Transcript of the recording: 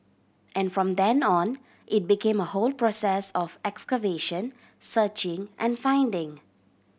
and from then on it became a whole process of excavation searching and finding